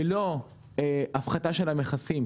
ללא הפחתה של המכסים,